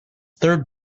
third